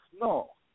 no